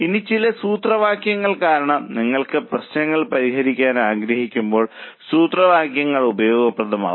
ഇനി ചില സൂത്രവാക്യങ്ങൾ കാരണം നിങ്ങൾ പ്രശ്നങ്ങൾ പരിഹരിക്കാൻ ആഗ്രഹിക്കുമ്പോൾ സൂത്രവാക്യങ്ങൾ ഉപയോഗപ്രദമാകും